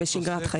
או בשגרת חייו.